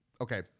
Okay